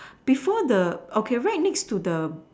before the okay where's next to the